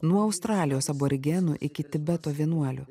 nuo australijos aborigenų iki tibeto vienuolių